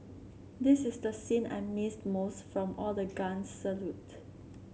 this is the scene I missed most from all the guns salute